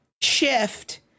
shift